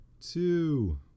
two